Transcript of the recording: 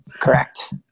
Correct